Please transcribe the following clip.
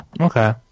Okay